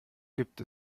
gibt